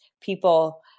people